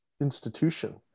institution